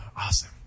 awesome